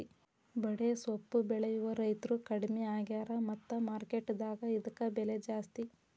ಬಡೆಸ್ವಪ್ಪು ಬೆಳೆಯುವ ರೈತ್ರು ಕಡ್ಮಿ ಆಗ್ಯಾರ ಮತ್ತ ಮಾರ್ಕೆಟ್ ದಾಗ ಇದ್ಕ ಬೆಲೆ ಜಾಸ್ತಿ